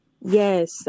Yes